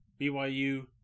BYU